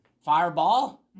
Fireball